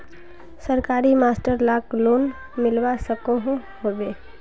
सरकारी मास्टर लाक लोन मिलवा सकोहो होबे?